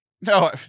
No